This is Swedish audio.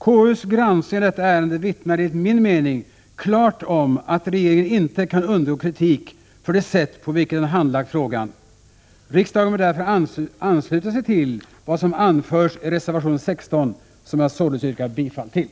KU:s granskning av detta ärende vittnar enligt min mening klart om att regeringen inte kan undgå kritik för det sätt på vilket den handlagt frågan. Riksdagen bör därför ansluta sig till vad som anförs i reservation 16, som jag således yrkar bifall till.